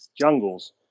jungles